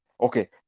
okay